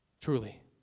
truly